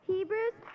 Hebrews